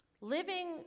Living